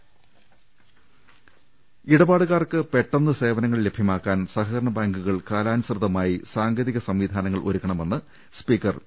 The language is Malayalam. രുട്ട്ട്ട്ട്ട്ട്ട്ട്ട ഇടപാടുകാർക്ക് പെട്ടെന്ന് സേവനങ്ങൾ ലഭ്യമാക്കാൻ സഹകരണ ബാങ്കു കൾ കാലാനുസൃതമായി സാങ്കേതിക സംവിധാനങ്ങൾ ഒരുക്കണമെന്ന് സ്പീക്കർ പി